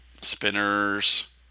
Spinners